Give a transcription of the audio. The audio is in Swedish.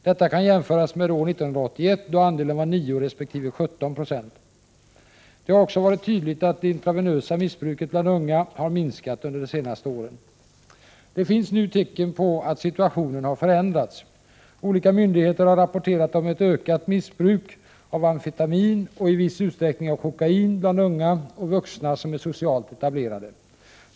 Detta kan jämföras med år 1981, då andelen var 9 resp. 17 Jo. Det har också varit tydligt att det intravenösa missbruket bland unga har minskat under de senaste åren. Det finns nu tecken på att situationen har förändrats. Olika myndigheter har rapporterat ett ökat missbruk av amfetamin och i viss utsträckning av kokain bland unga och vuxna som är socialt etablerade.